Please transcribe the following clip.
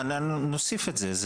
נוסיף את זה.